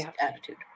attitude